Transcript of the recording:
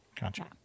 gotcha